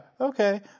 okay